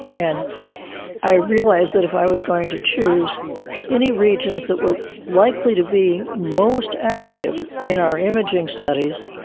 and i realised that if i was going to choose any regions that were likely to be most active in our imaging studies,